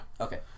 Okay